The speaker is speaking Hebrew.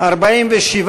בממשלה לא נתקבלה.